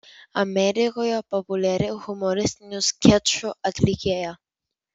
amerikoje populiari humoristinių skečų atlikėja